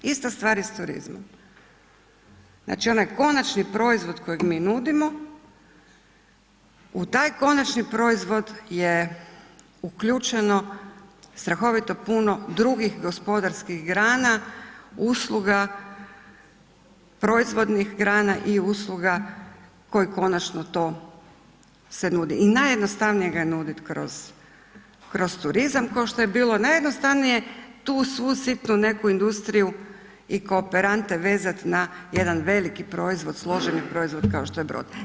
Ista stvar je sa turizmom, znači onaj konačni proizvod kojeg mi nudimo, u taj konačni proizvod je uključeno strahovito puno drugih gospodarskih grana, usluga, proizvodnih grana i usluga koji konačno to se nude i najjednostavnije ga je nuditi kroz turizam kao što je bilo najjednostavnije tu svu sitnu neku industriju i kooperante vezati na jedan veliki proizvod, složeni proizvod kao što je brod.